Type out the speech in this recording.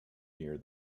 near